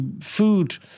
food